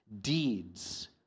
deeds